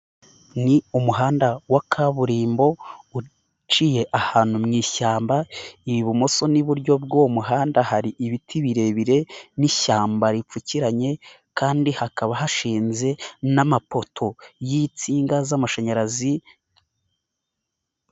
Ni umuhanda wa kaburimbo uciye ahantu mu ishyamba ibumoso n'iburyo bw'uwo muhanda hari ibiti birebire n'ishyamba ripfukiranye kandi hakaba hashinze n'amapoto y'insinga z'amashanyarazi.